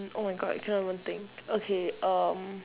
oh my god I cannot even think okay um